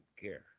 care